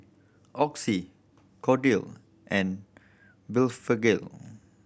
Oxy Kordel and Blephagel